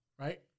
Right